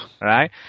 right